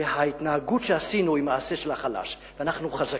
וההתנהגות שעשינו היא מעשה של החלש, ואנחנו חזקים,